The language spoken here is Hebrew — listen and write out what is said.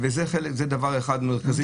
זה דבר אחד מרכזי